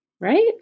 right